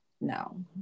No